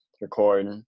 record